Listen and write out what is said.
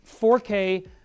4k